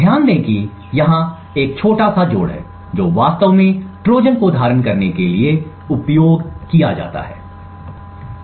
ध्यान दें कि यहाँ एक छोटा सा जोड़ है जो वास्तव में ट्रोजन को धारण करने के लिए उपयोग किए जाते हैं